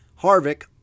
Harvick